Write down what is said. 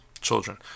children